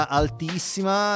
altissima